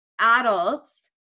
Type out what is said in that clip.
adults